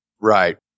Right